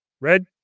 Red